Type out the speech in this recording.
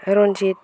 रन्जितखौ